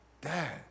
Dad